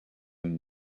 and